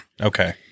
okay